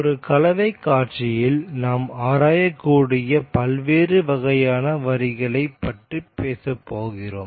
ஒரு கலவை காட்சியில் நாம் ஆராயக்கூடிய பல்வேறு வகையான வரிகளைப் பற்றி பேசப் போகிறோம்